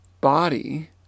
body